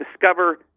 discover